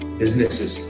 businesses